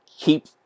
keep